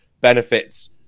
benefits